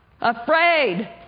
Afraid